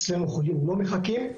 אצלנו חולים לא מחכים.